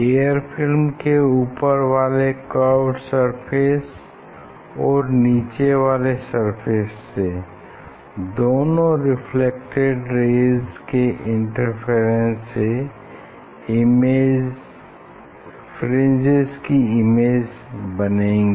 air film के ऊपर वाले कर्व्ड सरफेस और और नीचे वाले सरफेस से दोनों रेफ्लेक्टेड रेज़ के इंटरफेरेंस से फ्रिंजेस की इमेज बनेगी